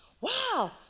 Wow